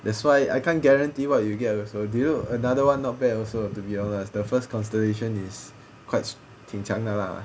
that's why I can't guarantee what you get also dude another one not bad also to be honest the first constellation is quite 挺强的啦